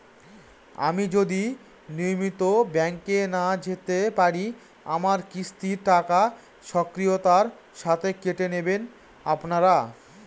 আমি যদি নিয়মিত ব্যংকে না যেতে পারি আমার কিস্তির টাকা স্বকীয়তার সাথে কেটে নেবেন আপনারা?